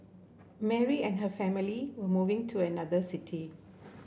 Mary and her family were moving to another city